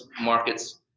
markets